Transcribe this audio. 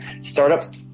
startups